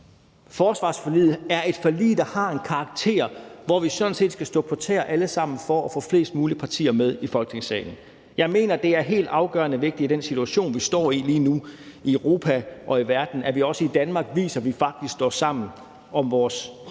forsvarsforliget er et forlig, der har karakter af noget, hvor vi sådan set alle sammen skal stå på tæer for at få flest mulige partier i Folketingssalen med. Jeg mener, det er helt afgørende vigtigt i den situation, vi står i lige nu i Europa og i verden, at vi også i Danmark viser, at vi faktisk står sammen om vores